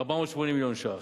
480 מיליון ש"ח,